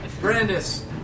Brandis